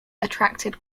attracted